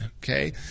okay